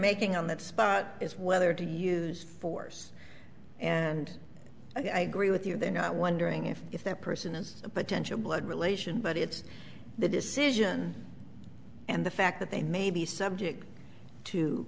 making on that spot is whether to use force and i agree with you they're not wondering if if that person is a potential blood relation but it's the decision and the fact that they may be subject to